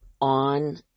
on